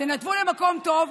תנתבו למקום טוב.